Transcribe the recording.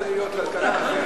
אם החוק הקודם יכול להיות כלכלה,